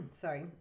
sorry